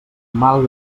mal